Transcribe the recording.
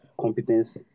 competence